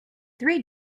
three